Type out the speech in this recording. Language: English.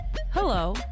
Hello